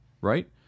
right